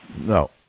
No